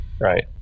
right